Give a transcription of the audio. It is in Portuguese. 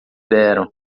deram